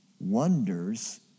wonders